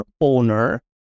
owner